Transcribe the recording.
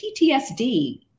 PTSD